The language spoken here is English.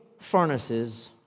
furnaces